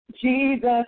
Jesus